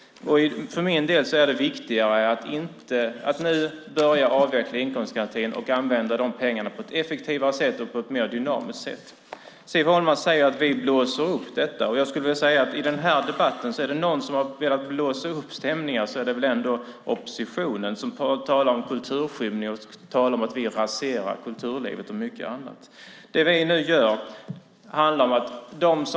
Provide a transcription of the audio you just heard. För min del är det viktigare att nu börja avveckla inkomstgarantin och använda de pengarna på ett effektivare och mer dynamiskt sätt. Siv Holma säger att vi blåser upp detta, men jag skulle vilja säga att det om någon väl ändå är oppositionen, som talar om kulturskymning, att vi raserar kulturlivet och mycket annat, som har velat blåsa upp stämningar i denna debatt.